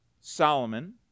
Solomon